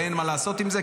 ואין מה לעשות עם זה,